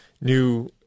new